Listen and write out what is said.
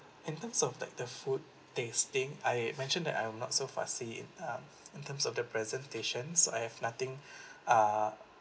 in terms of like the food tasting I mentioned that I'll not so fussy in um in terms of the presentations so I have nothing uh